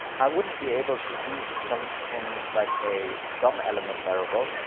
i wouldn't be able to use some thing like a dom element variable,